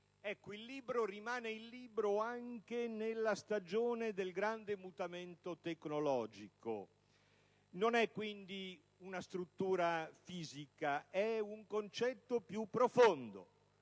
Il libro rimane libro anche nella stagione del grande mutamento tecnologico. Non è quindi una struttura fisica; è un concetto più profondo: